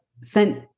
sent